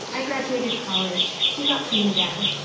i graduated college. he got clean again.